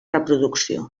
reproducció